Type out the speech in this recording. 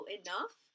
enough